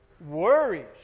Worries